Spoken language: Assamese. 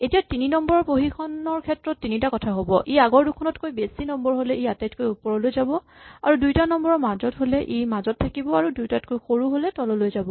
এতিয়া তিনি নম্বৰ খন বহীৰ ক্ষেত্ৰত তিনিটা কথা হ'ব ই আগৰ দুয়োখনতকৈ বেছি নম্বৰ ৰ হ'লে ই আটাইতকৈ ওপৰলৈ যাব দুয়োটা নম্বৰ ৰ মাজৰ এটা হ'লে ই মাজত থাকিব আৰু দুয়োটাতকৈ সৰু হ'লে তললৈ যাব